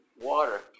water